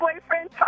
boyfriend